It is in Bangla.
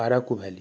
আরাকু ভ্যালি